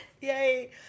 Yay